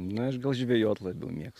na aš gal žvejot labiau mėgstu